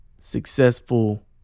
successful